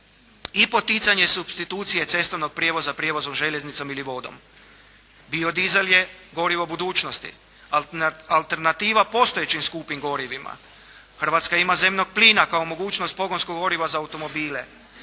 i poticanje substitucije cestovnog prijevoza, prijevoza željeznicom ili vodom. Bio dizel je gorivo budućnosti. Alternativa postojećim skupim gorivima. Hrvatska ima zemnog plina kao mogućnost pogonskog goriva za automobile.